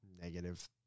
negative